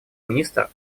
министр